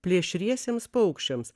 plėšriesiems paukščiams